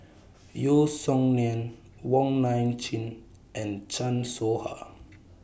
Yeo Song Nian Wong Nai Chin and Chan Soh Ha